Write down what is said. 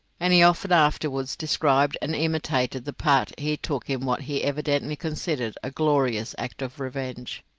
and he often afterwards described and imitated the part he took in what he evidently considered a glorious act of revenge.